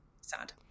sad